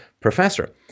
professor